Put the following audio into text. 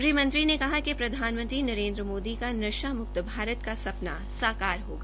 गृह मंत्री ने कहा कि प्रधानमंत्री नरेन्द्र मोदी का नशा मुक्त भारत का सपना साकार होगा